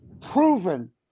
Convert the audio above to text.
proven